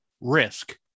risk